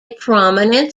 prominent